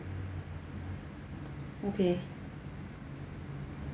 okay